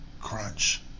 crunch